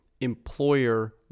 employer